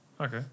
Okay